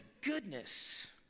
goodness